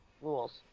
rules